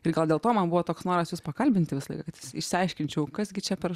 ir gal dėl to man buvo toks noras jus pakalbinti visą laiką kad išsiaiškinčiau kas gi čia per